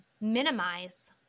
minimize